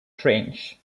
trench